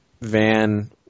Van